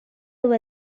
over